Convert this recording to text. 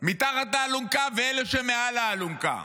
מתחת לאלונקה ואלה שמעל האלונקה.